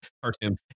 cartoon